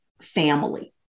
family